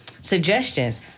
suggestions